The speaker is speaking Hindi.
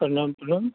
प्रणाम प्रणाम